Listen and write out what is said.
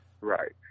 Right